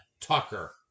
Tucker